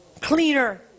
cleaner